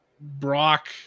Brock